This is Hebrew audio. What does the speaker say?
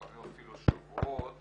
לפעמים אפילו שבועות